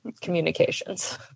communications